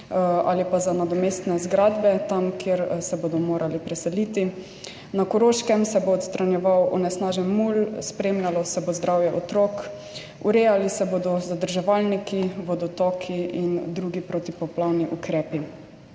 ali pa za nadomestne zgradbe tam, kamor se bodo morali preseliti. Na Koroškem se bo odstranjeval onesnažen mulj, spremljalo se bo zdravje otrok, urejali se bodo zadrževalniki, vodotoki in drugi protipoplavni ukrepi.